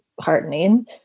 heartening